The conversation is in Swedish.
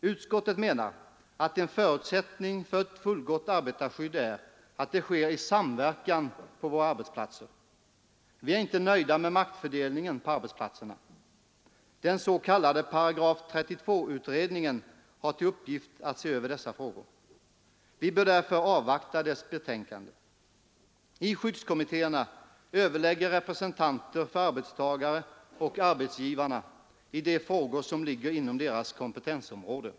Utskottet menar att en förutsättning för ett fullgott arbetarskydd är att det sker i samverkan på våra arbetsplatser. Vi är inte nöjda med maktfördelningen på arbetsplatserna. Den s.k. §32 utredningen har till uppgift att se över dessa frågor. Vi bör därför avvakta dess betänkande. I skyddskommittéerna överlägger representanter för arbetstagarna och arbetsgivarna i de frågor som ligger inom deras kompetensområde.